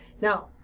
Now